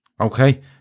okay